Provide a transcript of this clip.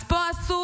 אז פה עשו